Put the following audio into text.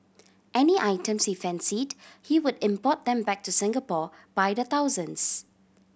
any items he fancied he would import them back to Singapore by the thousands